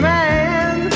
Man